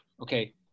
okay